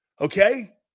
okay